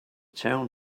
town